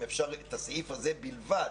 אם אפשר את הסעיף הזה בלבד.